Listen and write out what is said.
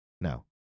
no